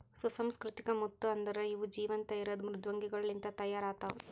ಸುಸಂಸ್ಕೃತಿಕ ಮುತ್ತು ಅಂದುರ್ ಇವು ಜೀವಂತ ಇರದ್ ಮೃದ್ವಂಗಿಗೊಳ್ ಲಿಂತ್ ತೈಯಾರ್ ಆತ್ತವ